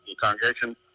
congregation